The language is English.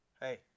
Hey